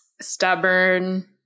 stubborn